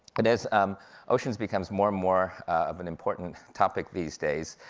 and as um oceans becomes more and more of an important topic these days,